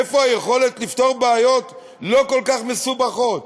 איפה היכולת לפתור בעיות לא כל כך מסובכות?